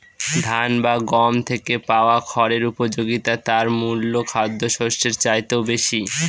ধান বা গম থেকে পাওয়া খড়ের উপযোগিতা তার মূল খাদ্যশস্যের চাইতেও বেশি